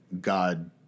God